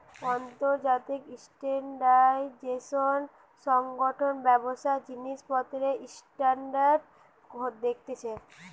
আন্তর্জাতিক স্ট্যান্ডার্ডাইজেশন সংগঠন ব্যবসার জিনিসপত্রের স্ট্যান্ডার্ড দেখছে